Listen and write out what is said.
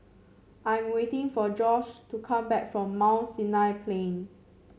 I'm waiting for Josh to come back from Mount Sinai Plain